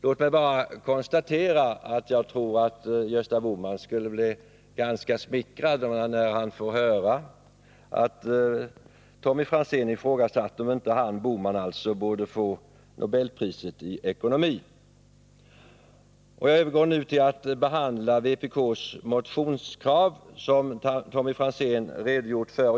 Låt mig bara konstatera att jag tror att Gösta Bohman blir ganska smickrad när han får höra att Tommy Franzén ifrågasatte om inte Gösta Bohman borde få Nobelpriset i ekonomi. Jag övergår nu till att behandla vpk:s motionskrav som Tommy Franzén har redogjort för.